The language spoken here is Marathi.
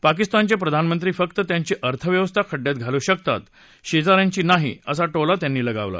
पाकिस्तानचे प्रधानमंत्री फक्त त्यांची अर्थव्यवस्था खड्डयात घालू शकतात शेजा यांची नाही असा टोला त्यांनी लगावला